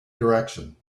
direction